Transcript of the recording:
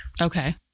okay